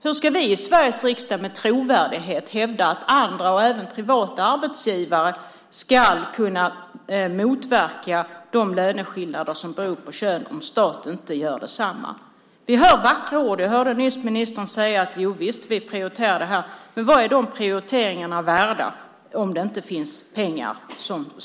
Hur ska vi i Sveriges riksdag med trovärdighet hävda att andra och även privata arbetsgivare ska kunna motverka de löneskillnader som beror på kön om staten inte gör detsamma? Vi hör vackra ord. Vi hörde nyss ministern säga: Jovisst prioriterar vi det här. Men vad är de prioriteringarna värda om det inte finns pengar bakom?